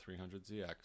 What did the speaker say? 300ZX